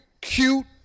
cute